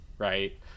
Right